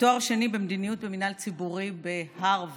ובעל תואר שני במדיניות במינהל ציבורי בהרווארד.